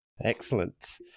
Excellent